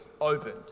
opened